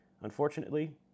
Unfortunately